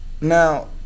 now